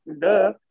duh